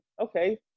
Okay